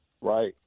right